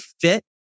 fit